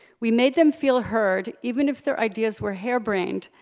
we made them feel heard, even if their ideas were hair-brained,